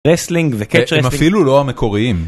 ריסלינג וכן אפילו לא המקוריים.